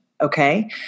okay